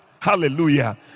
hallelujah